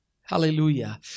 Hallelujah